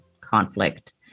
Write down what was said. conflict